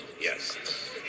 Yes